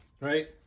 right